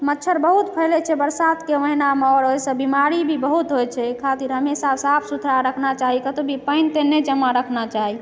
मच्छर बहुत फैलै छै बरसातके महीनामे आओर ओहिसँ बीमारी भी बहुत होइ छै एहि खातिर हमेशा साफ सुथरा रखना चाही कतौ भी पानि तानि नहि जमा रखना चाही